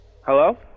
Hello